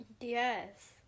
Yes